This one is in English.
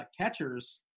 Catchers